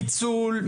פיצול,